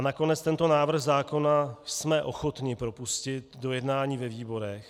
Nakonec jsme tento návrh zákona ochotni propustit do jednání ve výborech.